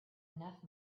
enough